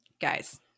guys